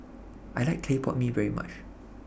I like Clay Pot Mee very much